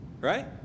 right